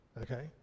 Okay